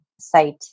site